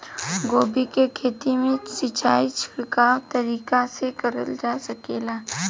गोभी के खेती में सिचाई छिड़काव तरीका से क़रल जा सकेला?